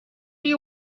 you